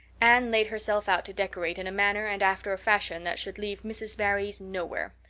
anne laid herself out to decorate in a manner and after a fashion that should leave mrs. barry's nowhere.